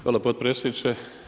Hvala potpredsjedniče.